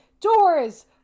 doors